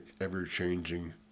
ever-changing